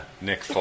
Nick